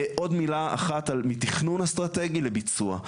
עוד מילה אחת על מתכנון אסטרטגי לביצוע,